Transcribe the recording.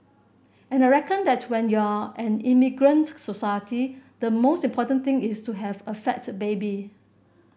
and I reckon that when you're an immigrant society the most important thing is to have a fat baby